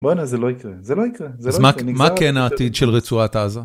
בואנה, זה לא יקרה, זה לא יקרה. אז מה כן העתיד של רצועת עזה?